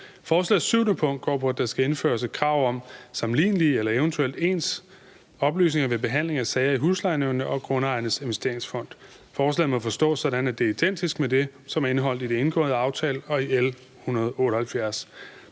Forslagets 7. punkt går på, at der skal indføres et krav om sammenlignelige eller eventuelt ens oplysninger ved behandling af sager i huslejenævnene og Grundejernes Investeringsfond. Denne del af forslaget må forstås sådan, at det er identisk med det, som er indeholdt i den indgåede aftale og i L 178.